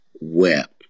wept